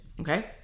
Okay